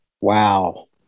Wow